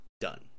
done